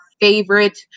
favorite